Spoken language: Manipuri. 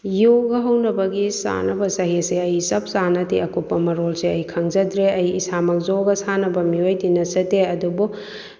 ꯌꯣꯒ ꯍꯧꯅꯕꯒꯤ ꯆꯥꯅꯕ ꯆꯍꯤꯁꯦ ꯑꯩ ꯆꯞ ꯆꯥꯅꯗꯤ ꯑꯀꯨꯞꯄ ꯃꯔꯣꯜꯁꯦ ꯑꯩ ꯈꯪꯖꯗ꯭ꯔꯦ ꯑꯩ ꯏꯁꯥꯃꯛ ꯌꯣꯒ ꯁꯥꯟꯅꯕ ꯃꯤꯑꯣꯏꯗꯤ ꯅꯠꯆꯗꯦ ꯑꯗꯨꯕꯨ